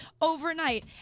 overnight